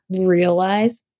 realize